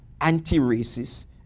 anti-racist